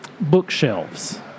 Bookshelves